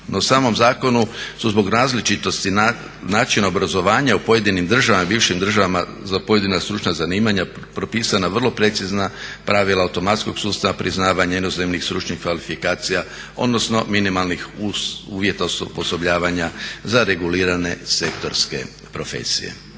u samom zakonu zbog različitosti načina obrazovanja u pojedinim državama, bivšim državama za pojedina stručna zanimanja propisana vrlo precizna pravila automatskog sustava priznavanja inozemnih stručnih kvalifikacija odnosno minimalnih uvjeta osposobljavanja za regulirane sektorske profesije.